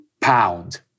pound